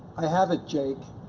i have it, jake,